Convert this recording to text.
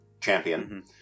champion